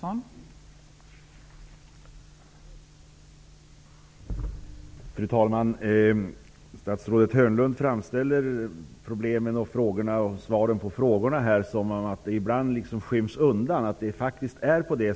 Det är jag övertygad om.